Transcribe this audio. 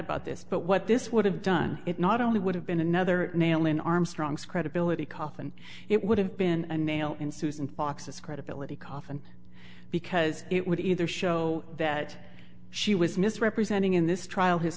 about this but what this would have done it not only would have been another nail in armstrong's credibility cough and it would have been a nail in susan fox's credibility coffin because it would either show that she was misrepresenting in this trial his